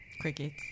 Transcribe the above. Crickets